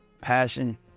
passion